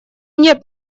нет